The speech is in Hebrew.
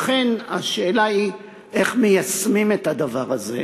לכן, השאלה היא איך מיישמים את הדבר הזה,